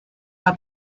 war